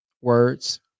words